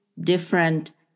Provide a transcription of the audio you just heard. different